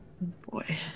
Boy